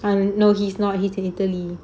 I know he's not he's in italy